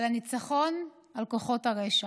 לניצחון על כוחות הרשע.